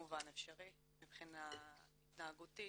בכל מובן אפשרי מבחינה התנהגותית,